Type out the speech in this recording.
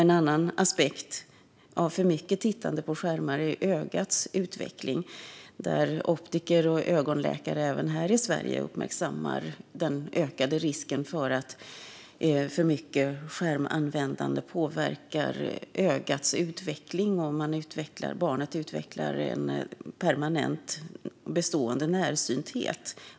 En annan aspekt av för mycket tittande på skärmar är ögats utveckling. Även i Sverige uppmärksammar optiker och ögonläkare den ökade risken för att för mycket skärmanvändande påverkar ögats utveckling så att barnet utvecklar en permanent närsynthet.